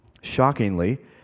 Shockingly